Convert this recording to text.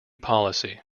policy